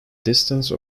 distance